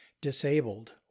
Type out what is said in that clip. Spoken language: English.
disabled